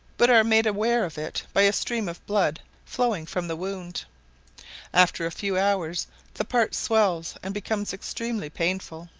but are made aware of it by a stream of blood flowing from the wound after a few hours the part swells and becomes extremely painful.